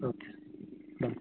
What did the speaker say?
okay